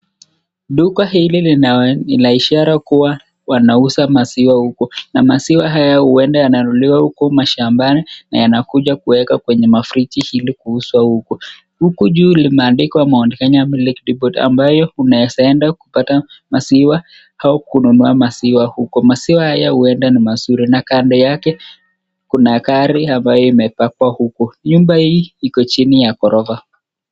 Duka hili lina ishara kuwa waauza maziwa huko na maziwa haya huenda wananunua huko mashambani na wanakuja kuweka kwenye mashambani na kuja kuuzwa huku. Huku juu imeandikwa (cs)Mount (cs)Kenya (cs)Milk(cs) Depot (cs) ambayo unaweza ukaenda kupata maziwa au kununua maziwa huko. Maziwa haya huenda ni mazuri na kando yake Kuna gari ambayo imepakwa huko. Nyumba hii iko chini ya ghorofa.